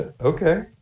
Okay